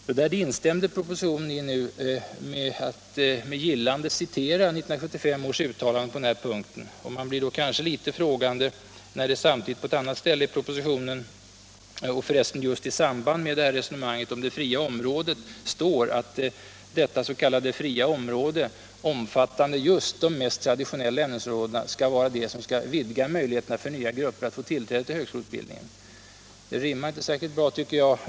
I propositionen instämmer man i detta genom att med gillande citera 1975 års uttalande på den här punkten. Man blir kanske litet frågande när det samtidigt på ett annat ställe i propositionen — förresten just i samband med resonemanget om det s.k. fria området — står att detta s.k. fria område, omfattande just de mest traditionella ämnesområdena, skall vara det som skall vidga möjligheterna för nya grupper att få tillträde till högskoleutbildning. Det rimmar inte särskilt bra, tycker jag.